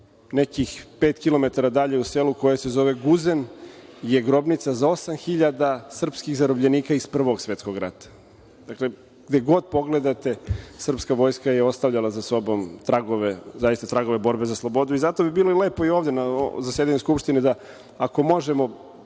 nekih 5km dalje u selu koje se zove Guzen je grobnica za 8.000 srpskih zarobljenika iz Prvog svetskog rata. Dakle, gde god pogledate srpska vojska je ostavljala za sobom tragove borbe za slobodu. Zato bi bilo lepo i ovde na ovom zasedanju Skupštine da, ako možemo,